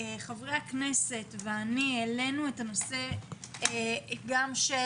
חברי הכנסת ואני העלינו את הנושא גם של